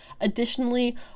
Additionally